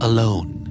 Alone